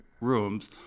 rooms